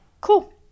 Cool